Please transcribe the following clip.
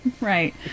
right